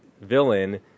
villain